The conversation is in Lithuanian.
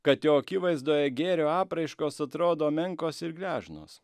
kad jo akivaizdoje gėrio apraiškos atrodo menkos ir gležnos